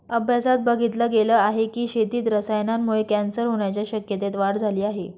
अभ्यासात बघितल गेल आहे की, शेतीत रसायनांमुळे कॅन्सर होण्याच्या शक्यतेत वाढ झाली आहे